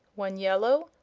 one yellow,